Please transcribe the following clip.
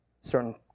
certain